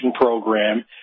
program